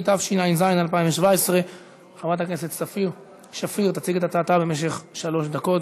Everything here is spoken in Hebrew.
התשע"ז 2017. חברת הכנסת שפיר תציג את הצעתה במשך שלוש דקות.